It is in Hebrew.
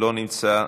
לא נמצא,